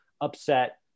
upset